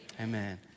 amen